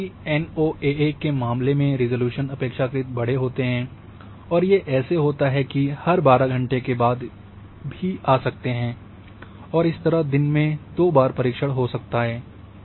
जैसा की एनओएए के मामले में रिज़ॉल्यूशन अपेक्षाकृत बड़े होते हैं और ये ऐसे होता की ये हर 12 घंटे के बाद भी आ सकते हैं और इस तरह दिन में दो बार परीक्षण हो सकता है